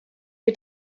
die